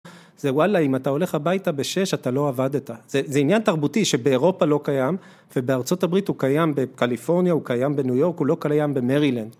זה וואלה אם אתה הולך הביתה בשש אתה לא עבדת. זה עניין תרבותי שבאירופה לא קיים ובארה״ב הוא קיים בקליפורניה, הוא קיים בניו יורק הוא לא קיים במרילנד.